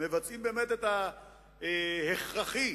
משתי סיעות.